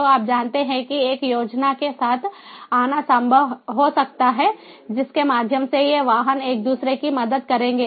तो आप जानते हैं कि एक योजना के साथ आना संभव हो सकता है जिसके माध्यम से ये वाहन एक दूसरे की मदद करेंगे